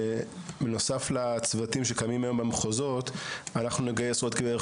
בנוסף לצוותים שקיימים היום במחוזות אנחנו נגייס עוד בערך